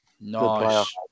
Nice